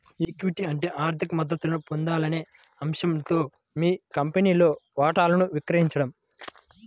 equity అంటే ఆర్థిక మద్దతును పొందాలనే ఆశతో మీ కంపెనీలో వాటాను విక్రయించడం